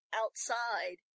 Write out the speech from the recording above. outside